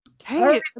Hey